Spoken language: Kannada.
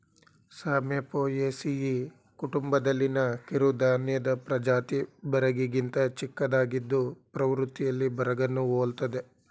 ಸಾಮೆ ಪೋಯೇಸಿಯಿ ಕುಟುಂಬದಲ್ಲಿನ ಕಿರುಧಾನ್ಯದ ಪ್ರಜಾತಿ ಬರಗಿಗಿಂತ ಚಿಕ್ಕದಾಗಿದ್ದು ಪ್ರವೃತ್ತಿಯಲ್ಲಿ ಬರಗನ್ನು ಹೋಲ್ತದೆ